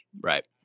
Right